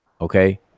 okay